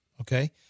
Okay